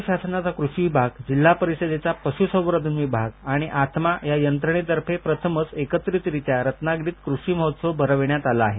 राज्य शासनाचा कृषी विभाग जिल्हा परिषदेचा पशुसंवर्धन विभाग आणि आत्मा या प्राधिकरणातर्फे प्रथमच एकत्रितरीत्या कृषी महोत्सव भरविण्यात आला आहे